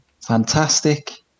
fantastic